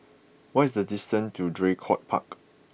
what is the distance to Draycott Park